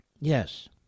Yes